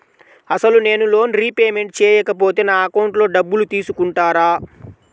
అసలు నేనూ loan repayment చేయకపోతే నా అకౌంట్లో డబ్బులు తీసుకుంటారా?